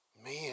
Man